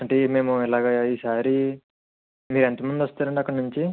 అంటే మేము ఇలాగా ఈసారి మీరు ఎంతమంది వస్తారండి అక్కడ నుంచి